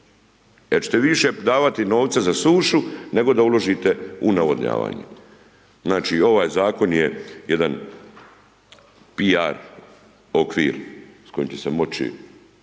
jer ćete više davati novca za sušu, nego da uložite u navodnjavanje. Znači, ovaj Zakon je jedan piar okvir s kojim će se moći